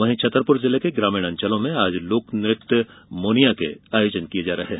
वहीं छतरपुर जिले के ग्रामीण अंचलो में आज लोकनृत्य मोनिया के आयोजन किए जा रहे है